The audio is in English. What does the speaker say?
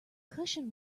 cushion